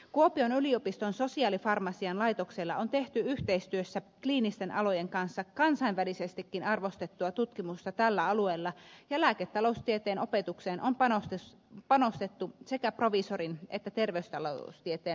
kuopion yliopiston sosiaalifarmasian laitoksella on tehty yhteistyössä kliinisten alojen kanssa kansainvälisestikin arvostettua tutkimusta tällä alueella ja lääketaloustieteen opetukseen on panostettu sekä proviisorin että terveystaloustieteen maisteriohjelmissa